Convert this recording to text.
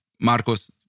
Marcos